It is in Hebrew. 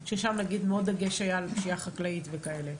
שם הדגש היה על פשיעה חקלאית וכדומה.